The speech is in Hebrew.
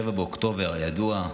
7 באוקטובר הידוע,